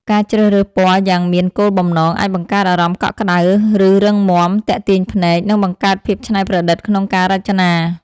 ការជ្រើសរើសពណ៌យ៉ាងមានគោលបំណង អាចបង្កើតអារម្មណ៍កក់ក្តៅ ឬរឹងមាំ ទាក់ទាញភ្នែក និងបង្កើតភាពច្នៃប្រឌិតក្នុងការរចនា។